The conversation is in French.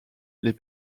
les